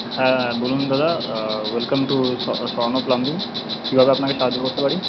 হ্যাঁ বলুন দাদা ওয়েলকাম টু স্বর্ণ প্লাম্বিং কীভাবে আপনাকে সাহায্য করতে পারি